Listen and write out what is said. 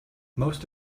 most